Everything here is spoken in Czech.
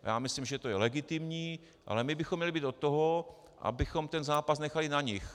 Já myslím, že to je legitimní, ale my bychom měli být od toho, abychom ten zápas nechali na nich.